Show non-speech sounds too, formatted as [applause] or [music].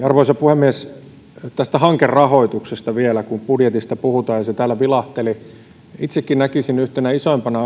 [unintelligible] arvoisa puhemies tästä hankerahoituksesta vielä kun budjetista puhutaan ja se täällä vilahteli itsekin näkisin yhtenä isoimmista [unintelligible]